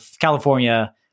California